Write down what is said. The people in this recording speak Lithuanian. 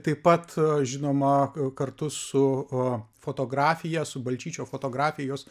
taip pat žinoma kartu su a fotografija su balčyčio fotografijos